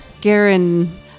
Garen